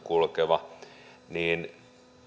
kulkeva